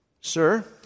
Sir